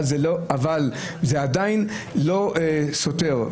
אבל זה עדיין לא סותר,